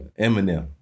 Eminem